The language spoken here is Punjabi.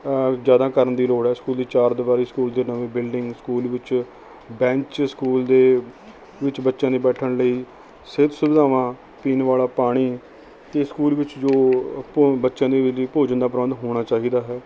ਜ਼ਿਆਦਾ ਕਰਨ ਦੀ ਲੋੜ ਹੈ ਸਕੂਲ ਦੀ ਚਾਰ ਦੀਵਾਰੀ ਸਕੂਲ ਦੀ ਨਵੀਂ ਬਿਲਡਿੰਗ ਸਕੂਲ ਵਿੱਚ ਬੈਂਚ ਸਕੂਲ ਦੇ ਵਿੱਚ ਬੱਚਿਆਂ ਦੀ ਬੈਠਣ ਲਈ ਸਿਹਤ ਸੁਵਿਧਾਵਾਂ ਪੀਣ ਵਾਲਾ ਪਾਣੀ ਅਤੇ ਸਕੂਲ ਵਿੱਚ ਜੋ ਅ ਭੋ ਬੱਚਿਆਂ ਦੇ ਲਈ ਭੋਜਨ ਦਾ ਪ੍ਰਬੰਧ ਹੋਣਾ ਚਾਹੀਦਾ ਹੈ